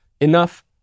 enough